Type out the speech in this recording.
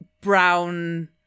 brown